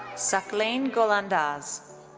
saqlain golandaz.